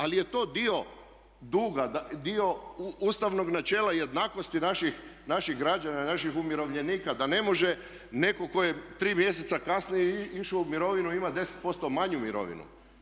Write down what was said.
Ali je to dio duga, dio ustavnog načela jednakosti naših građana, naših umirovljenika da ne može netko tko je tri mjeseca kasnije išao u mirovinu imati 10% manju mirovinu.